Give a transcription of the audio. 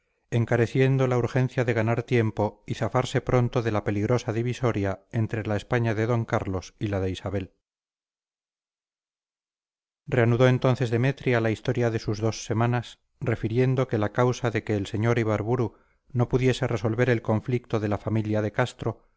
encareciendo la urgencia de ganar tiempo y zafarse pronto de la peligrosa divisoria entre la españa de d carlos y la de isabel reanudó entonces demetria la historia de sus dos semanas refiriendo que la causa de que el sr ibarburu no pudiese resolver el conflicto de la familia de castro